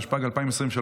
התשפ"ג 2023,